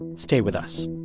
and stay with us